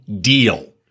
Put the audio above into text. deal